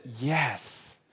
yes